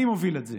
אני מוביל את זה,